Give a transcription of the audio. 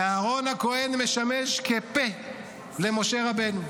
ואהרן הכוהן משמש כפה למשה רבנו.